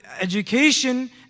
education